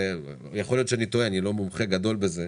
יכול להיות שאני טועה, אני לא מומחה גדול בזה,